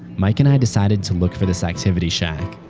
mike and i decided to look for this activity shack.